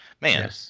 man